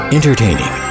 Entertaining